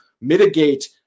mitigate